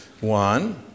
One